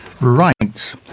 Right